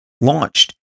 launched